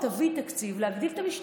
תבוא, תביא תקציב להגדיל את המשטרה.